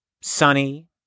Sunny